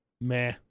meh